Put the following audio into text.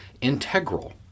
integral